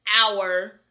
hour